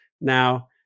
Now